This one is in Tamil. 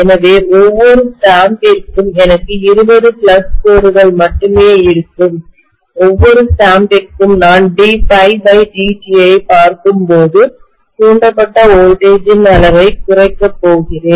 எனவே ஸ்டாம்பிங்கிற்கு எனக்கு 20 ஃப்ளக்ஸ் கோடுகள் மட்டுமே இருக்கும் ஒவ்வொரு ஸ்டாம்பிங்கிற்கும் நான் d∅dt ஐப் பார்க்கும்போது தூண்டப்படும் வோல்டேஜ் ன் அளவைக் குறைக்கப் போகிறேன்